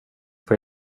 får